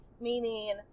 meaning